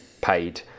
paid